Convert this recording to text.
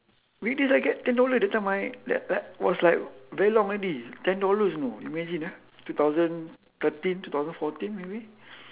weekdays I get ten dollar that time I like like was like very long already ten dollars you know imagine ah two thousands thirteen two thousands fourteen maybe